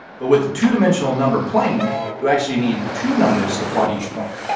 but with a two dimensional number plane, you actually need two numbers to plot each point.